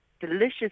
delicious